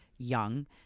young